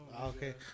Okay